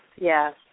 yes